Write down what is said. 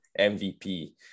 MVP